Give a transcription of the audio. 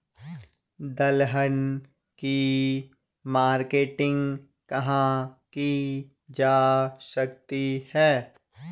दलहन की मार्केटिंग कहाँ की जा सकती है?